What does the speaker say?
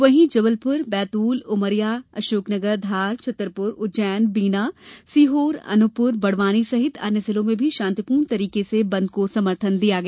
वहीं जबलपुर बैतूल उमरिया अशोकनगर धार छतरपुर उज्जैन बीना सीहोर अनूपपुर बड़वानी सहित अन्य जिलों में भी शान्तिपूर्ण तरीके से बंद को समर्थन दिया गया